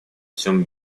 всем